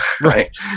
Right